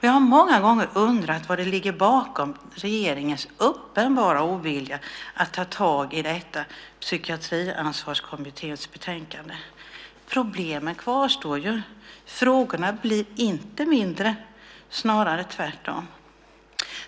Jag har många gånger undrat vad som ligger bakom regeringens uppenbara ovilja att ta tag i detta Psykansvarskommitténs betänkande. Problemen kvarstår ju. Frågorna blir inte mindre, snarare tvärtom.